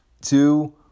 Two